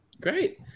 Great